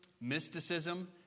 mysticism